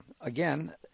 again